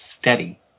steady